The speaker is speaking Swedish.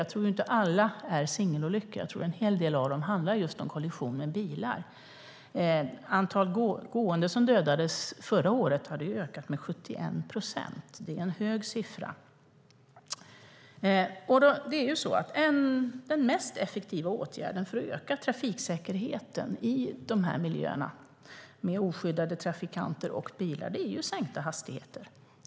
Jag tror inte att alla är singelolyckor utan att en hel del av dem handlar om kollision med bilar. Antalet gående som dödades förra året hade ökat med 71 procent. Det är en hög siffra. Den mest effektiva åtgärden för att öka trafiksäkerheten i dessa miljöer med oskyddade trafikanter och bilar är att sänka hastigheter.